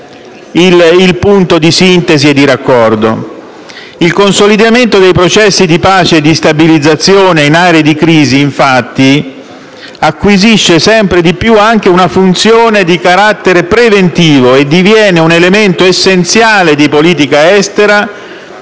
il punto di sintesi e di raccordo. Il consolidamento dei processi di pace e di stabilizzazione in aree di crisi, infatti, acquisisce sempre di più anche una funzione di carattere preventivo e diviene un elemento essenziale di politica estera